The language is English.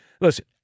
listen